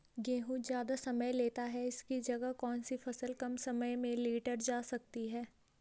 गेहूँ ज़्यादा समय लेता है इसकी जगह कौन सी फसल कम समय में लीटर जा सकती है?